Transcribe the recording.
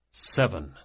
seven